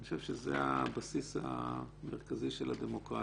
אני חושב שזה הבסיס המרכזי של הדמוקרטיה.